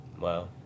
Wow